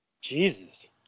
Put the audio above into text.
Jesus